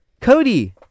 cody